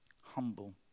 Humble